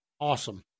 Awesome